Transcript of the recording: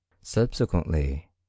Subsequently